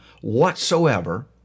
whatsoever